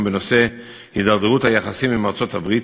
בנושא הידרדרות היחסים עם ארצות-הברית,